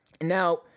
Now